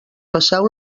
passeu